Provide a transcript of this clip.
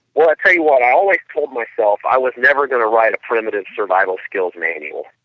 well, i tell you what, i always told myself i was never going to write a primitive survival skills manual.